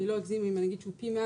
אני לא אגזים אם אני אגיד שהוא פי 100